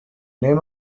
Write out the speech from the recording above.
name